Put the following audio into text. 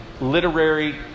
literary